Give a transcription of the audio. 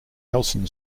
nelson